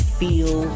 feel